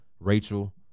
Rachel